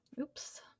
Oops